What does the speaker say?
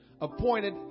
appointed